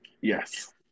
Yes